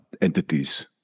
entities